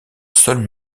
sol